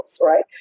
right